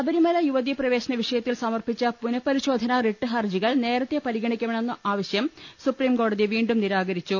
ശബരിമല യുവതി പ്രവേശന വിഷയത്തിൽ സമർപ്പിച്ച പുന പരിശോധനാ റിട്ട് ഹർജികൾ നേരത്തെ പരിഗണിക്കണമെന്ന ആവശ്യം സുപ്രീംകോടതി വീണ്ടും നിരാകരിച്ചു